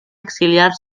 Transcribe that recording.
exiliar